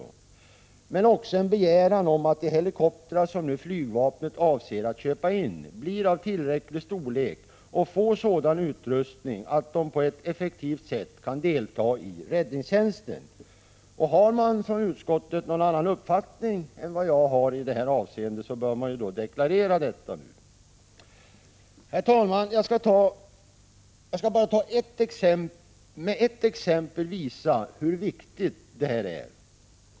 Men den innebär också en begäran om att de helikoptrar som flygvapnet avser att köpa in blir av tillräcklig storlek och får sådan utrustning att de på ett effektivt sätt kan delta i räddningstjänsten. Har utskottet en annan uppfattning än jag i detta avseende, bör det deklareras nu. Herr talman! Jag skall bara med ett exempel visa hur viktigt det här är.